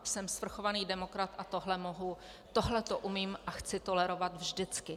Jsem svrchovaný demokrat a tohle mohu, tohle to umím a chci tolerovat vždycky.